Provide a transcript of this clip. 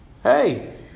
Hey